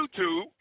YouTube